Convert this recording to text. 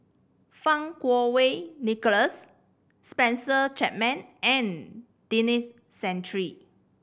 Fang Kuo Wei Nicholas Spencer Chapman and Denis Santry